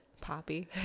Poppy